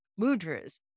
mudras